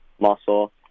muscle